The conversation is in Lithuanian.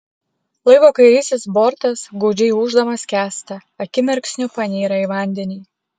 laivo kairysis bortas gūdžiai ūždamas skęsta akimirksniu panyra į vandenį